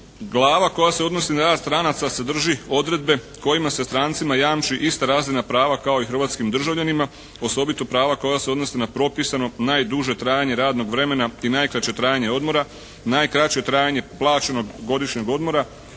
Glava koja se odnosi na rad stranaca sadrži odredbe kojima se strancima jamči razina prava kao i hrvatskim državljanima osobito prava koja se odnose na propisano najduže trajanje radnog vremena i najkraće trajanje odmora, najkraće trajanje plaćenog godišnjeg odmora,